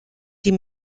die